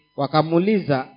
wakamuliza